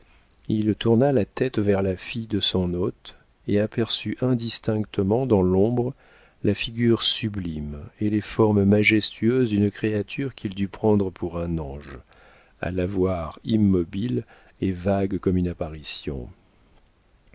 il tourna la tête vers la fille de son hôte et aperçut indistinctement dans l'ombre la figure sublime et les formes majestueuses d'une créature qu'il dut prendre pour un ange à la voir immobile et vague comme une apparition